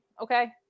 okay